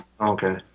Okay